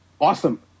Awesome